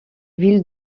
ville